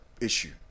issue